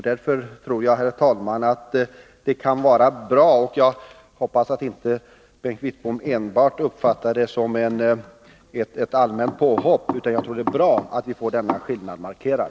Därför tror jag, herr talman, att det kan vara bra — jag hoppas att Bengt Wittbom inte uppfattar det som ett allmänt påhopp — att få denna skillnad mellan konservativ och liberal politik markerad.